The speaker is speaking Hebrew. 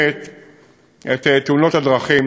שמצמצמת את תאונות הדרכים